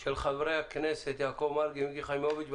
של חברי הכנסת יעקב מרגי ומיקי חיימוביץ'